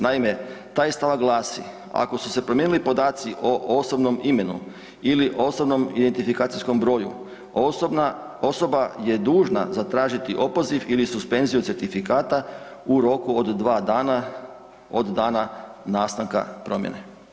Naime, taj stavak glasi „ako su se promijenili podaci o osobnom imenu ili osobnom identifikacijskom broju, osoba je dužna zatražiti opoziv ili suspenziju certifikata u roku od 2 dana od dana nastanka promjene“